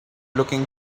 looking